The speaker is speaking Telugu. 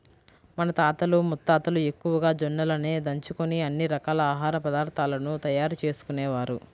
మన తాతలు ముత్తాతలు ఎక్కువగా జొన్నలనే దంచుకొని అన్ని రకాల ఆహార పదార్థాలను తయారు చేసుకునేవారు